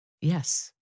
Yes